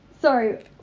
Sorry